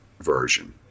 version